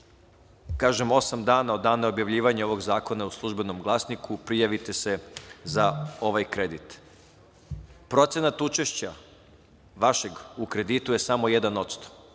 kažem, osam dana od dana objavljivanja zakona u „Službenom glasniku“ prijavite se za ovaj kredit. Procenat učešća vašeg u kreditu je samo 1%.